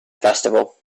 festival